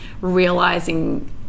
realizing